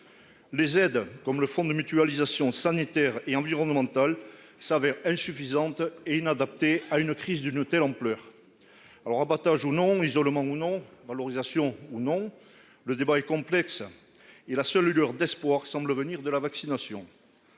Les aides comme le fonds de mutualisation sanitaire et environnemental s'avère insuffisante et inadaptée à une crise d'une telle ampleur. Alors abattage ou non isolement ou non valorisation ou non, le débat est complexe. Et la seule lueur d'espoir semble venir de la vaccination.